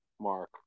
mark